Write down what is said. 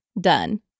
done